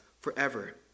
forever